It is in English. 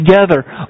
together